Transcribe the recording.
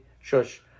shush